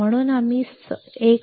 म्हणून आम्ही 1